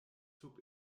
sub